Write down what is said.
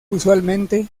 usualmente